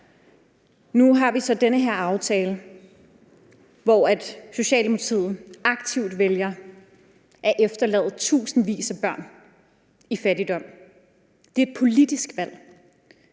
Nu har vi så den her aftale, hvor Socialdemokratiet aktivt vælger at efterlade tusindvis af børn i fattigdom. Det er et politisk valg.